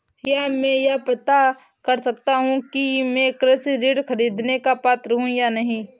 क्या मैं यह पता कर सकता हूँ कि मैं कृषि ऋण ख़रीदने का पात्र हूँ या नहीं?